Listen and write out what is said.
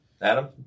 Adam